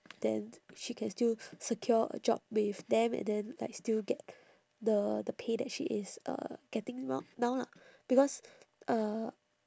then she can still secure a job with them and then like still get the the pay that she is uh getting no~ now lah because uh